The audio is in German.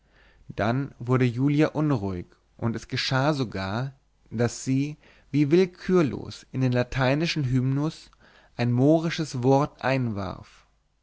dann wurde julia unruhig und es geschah sogar daß sie wie willkürlos in den lateinischen hymnus ein mohrisches wort einwarf